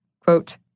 quote